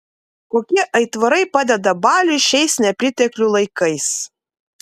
kokie aitvarai padeda baliui šiais nepriteklių laikais